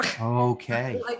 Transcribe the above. Okay